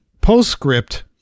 postscript